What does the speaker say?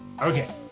Okay